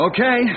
Okay